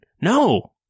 No